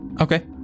Okay